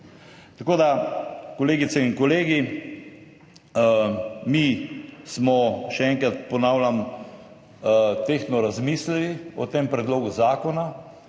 rasti. Kolegice in kolegi, mi smo, še enkrat ponavljam, tehtno razmislili o tem predlogu zakona,